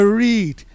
read